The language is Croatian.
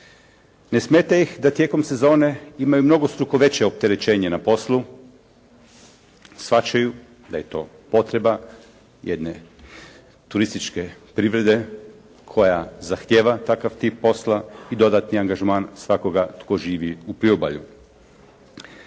ne smeta ih da tijekom sezone imaju mnogostruko veće opterećenje na poslu, shvaćaju da je to potreba jedne turističke privrede koja zahtjeva takav tip posla i dodatni angažman svakoga tko živi u priobalju.